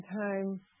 time